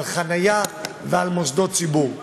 על חניה ועל מוסדות ציבור.